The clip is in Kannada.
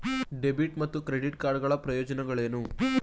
ಡೆಬಿಟ್ ಮತ್ತು ಕ್ರೆಡಿಟ್ ಕಾರ್ಡ್ ಗಳ ಪ್ರಯೋಜನಗಳೇನು?